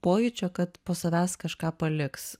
pojūčio kad po savęs kažką paliks